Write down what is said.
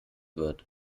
wird